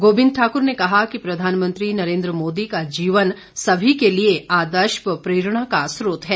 गोविंद ठाकुर ने कहा कि प्रधानमंत्री नरेन्द्र मोदी का जीवन सभी के लिए आदर्श व प्रेरणा का स्रोत है